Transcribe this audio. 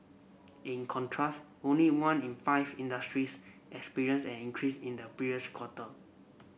in contrast only one in five industries experienced an increase in the previous quarter